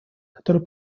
который